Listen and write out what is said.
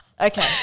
Okay